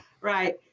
Right